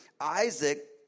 Isaac